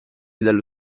dallo